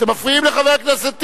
אתם מפריעים לחבר הכנסת טיבי.